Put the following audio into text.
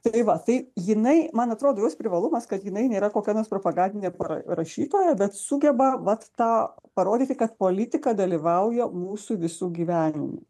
tai va tai jinai man atrodo jos privalumas kad jinai nėra kokia nors propagandinė para rašytoja bet sugeba vat tą parodyti kad politika dalyvauja mūsų visų gyvenime